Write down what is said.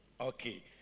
Okay